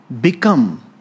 become